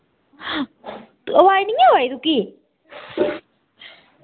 अवाज नी ऐ आवा दी तुक्की